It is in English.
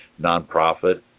nonprofit